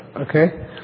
Okay